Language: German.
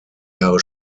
jahre